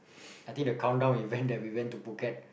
I think the countdown event that we went to phuket